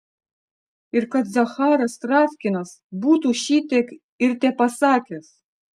ir kad zacharas travkinas būtų šitiek ir tepasakęs